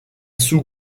sous